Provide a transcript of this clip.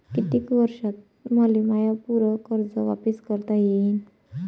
कितीक वर्षात मले माय पूर कर्ज वापिस करता येईन?